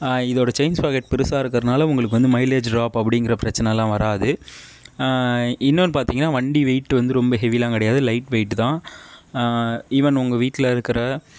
இதோட chains bracket பெருசா இருக்கிறதுனால உங்களுக்கு வந்து மைலேஜ் ட்ராப் அப்படிங்கிற பிரச்சனைலாம் வராது இன்னொன்று பார்த்திங்கனா வண்டி வெயிட்டு வந்து ரொம்ப ஹெவிலாம் கிடையாது லைட் வெயிட்டு தான் ஈவன் உங்கள் வீட்டில் இருக்கிற